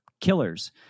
killers